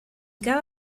cada